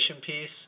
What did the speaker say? piece